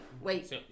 wait